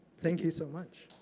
thank you so much.